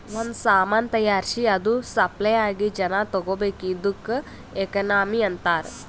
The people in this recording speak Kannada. ಒಂದ್ ಸಾಮಾನ್ ತೈಯಾರ್ಸಿ ಅದು ಸಪ್ಲೈ ಆಗಿ ಜನಾ ತಗೋಬೇಕ್ ಇದ್ದುಕ್ ಎಕನಾಮಿ ಅಂತಾರ್